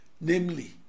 namely